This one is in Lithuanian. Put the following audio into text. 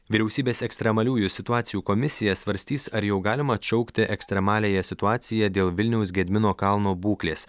vyriausybės ekstremaliųjų situacijų komisija svarstys ar jau galima atšaukti ekstremaliąją situaciją dėl vilniaus gedimino kalno būklės